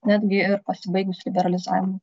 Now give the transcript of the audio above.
netgi ir pasibaigus liberalizavimu